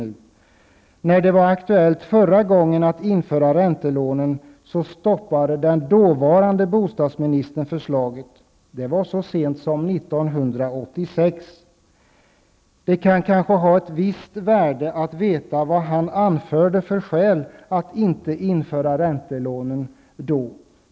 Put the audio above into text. Förra gången det var aktuellt att införa räntelån stoppade den dåvarande bostadsministern framlagda förslag. Det var så sent som 1986. Det är kanske av visst värde att veta vad bostadsministern då anförde för skäl för att inte införa räntelånen.